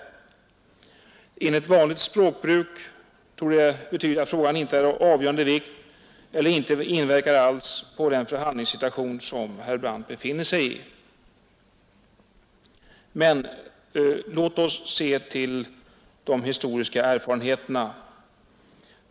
Enligt vanligt språkbruk torde det betyda att frågan inte är av avgörande vikt för eller inte inverkar alls på den förhandlingssituation som herr Brandt befinner sig i. Men — låt oss se till de historiska erfarenheterna.